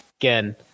Again